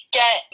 get